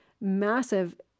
massive